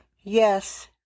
Yes